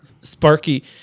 sparky